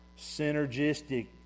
synergistic